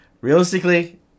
Realistically